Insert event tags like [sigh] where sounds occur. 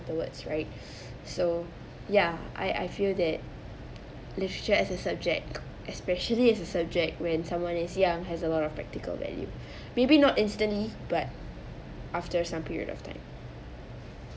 the words right so ya I I feel that literature as a subject especially as a subject when someone is young has a lot of practical value [breath] maybe not instantly but after some period of time